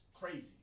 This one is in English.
crazy